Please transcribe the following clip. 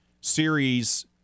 series